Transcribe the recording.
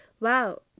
wow